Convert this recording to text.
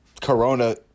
Corona